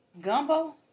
Gumbo